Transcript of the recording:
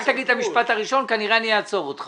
רק תגיד את המשפט הראשון כי כנראה אחריו אני אעצור אותך.